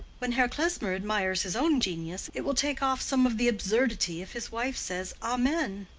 when herr klesmer admires his own genius, it will take off some of the absurdity if his wife says amen.